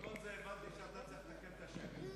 מכל זה הבנתי שאתה צריך לתקן את השם.